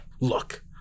Look